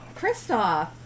Kristoff